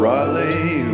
Riley